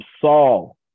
Saul